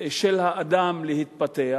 של האדם להתפתח,